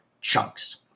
chunks